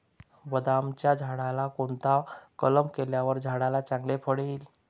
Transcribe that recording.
बदामाच्या झाडाला कोणता कलम केल्यावर झाडाला चांगले फळ येईल?